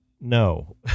No